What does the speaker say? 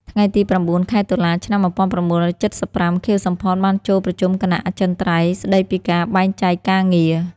ថ្ងៃទី ៩ ខែតុលា ឆ្នាំ ១៩៧៥ ខៀវ សំផន បានចូលប្រជុំគណៈអចិន្ត្រៃយ៍ ស្តីពីការបែងចែកការងារ។